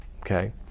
okay